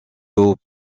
aux